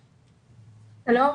שלום,